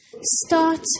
Start